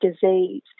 disease